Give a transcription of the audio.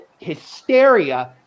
hysteria